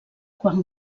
quan